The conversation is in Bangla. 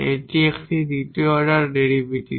এটি একটি দ্বিতীয় অর্ডার ডেরিভেটিভ